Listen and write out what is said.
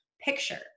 picture